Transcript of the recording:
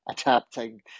adapting